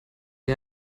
wir